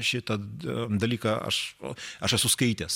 šitą dalyką aš o aš esu skaitęs